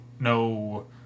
no